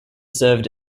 served